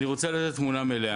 אני רוצה לתת תמונה מלאה.